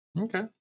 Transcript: Okay